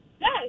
Yes